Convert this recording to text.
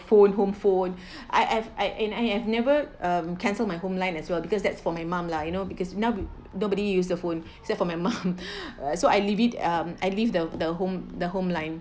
phone home phone I've I've and I have never mm canceled my home line as well because that's for my mum lah you know because now nobody use the phone so for my mum so I leave it um I leave the the home the home line